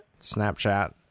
snapchat